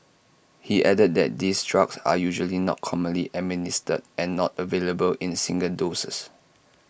he added that these drugs are usually not commonly administered and not available in single doses